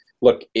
Look